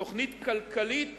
תוכנית כלכלית